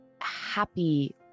happy